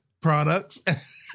products